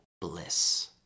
bliss